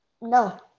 No